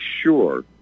sure